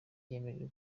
yemejwe